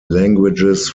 languages